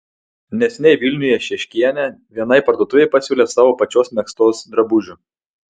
neseniai vilniuje šeškienė vienai parduotuvei pasiūlė savo pačios megztos drabužių